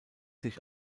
sich